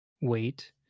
wait